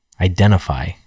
identify